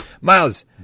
miles